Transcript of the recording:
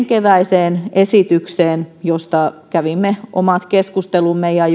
keväiseen esitykseen josta kävimme omat keskustelumme ja